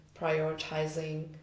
prioritizing